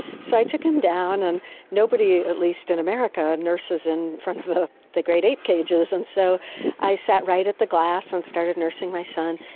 so i took him down, and nobody, at least in america, nurses in front of the the great ape cages, and so i sat right at the glass and started nursing my son,